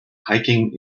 hiking